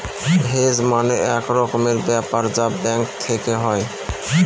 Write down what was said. hedge মানে এক রকমের ব্যাপার যা ব্যাঙ্ক থেকে হয়